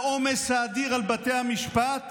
לעומס האדיר על בתי המשפט